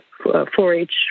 4-H